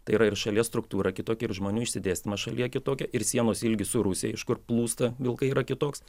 tai yra ir šalies struktūrą kitokia ir žmonių išsidėstymas šalyje kitokia ir sienos ilgis su rusija iš kur plūsta vilkai yra kitoks